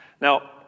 Now